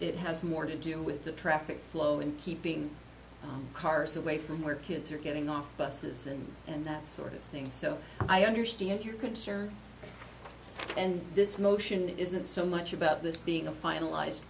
it has more to do with the traffic flow in keeping cars away from where kids are getting off buses and and that sort of thing so i understand your concern and this notion isn't so much about this being a finalized